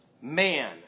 man